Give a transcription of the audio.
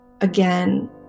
again